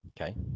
Okay